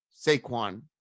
Saquon